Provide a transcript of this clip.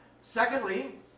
Secondly